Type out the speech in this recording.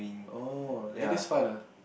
oh eh that's fun ah